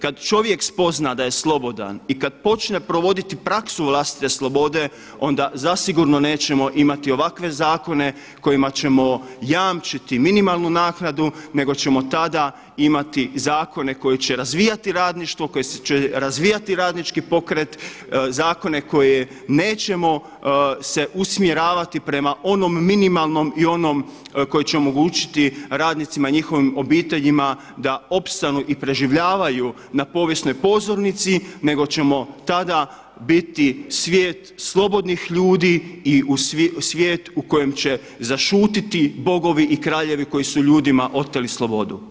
Kada čovjek spozna da je slobodan i kada počne provoditi praksu vlastite slobode onda zasigurno nećemo imati ovakve zakone kojima ćemo jamčiti minimalnu naknadu nego ćemo tada imati zakone koji će razvijati radništvo, koji će razvijati radnički pokret, zakone koje nećemo se usmjeravati prema onom minimalnom i onom koji će omogućiti radnicima i njihovim obiteljima da opstanu i preživljavaju na povijesnoj pozornici nego ćemo tada biti svijet slobodnih ljudi i svijet u kojem će zašutjeti bogovi i kraljevi koji su ljudima oteli slobodu.